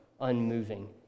unmoving